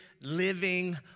living